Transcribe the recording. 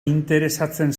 interesatzen